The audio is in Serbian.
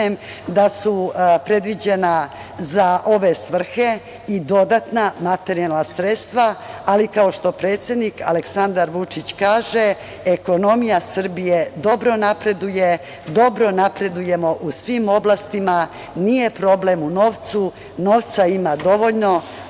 da su predviđena za ove svrhe i dodatna materijalna sredstva, ali kao što predsednik Aleksandar Vučić kaže, ekonomija Srbije dobro napreduje, dobro napredujemo u svim oblastima. Nije problem u novcu, novca ima dovoljno,